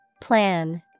Plan